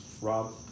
Rob